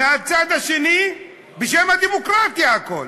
מהצד השני בשם הדמוקרטיה הכול,